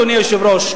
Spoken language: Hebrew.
אדוני היושב-ראש,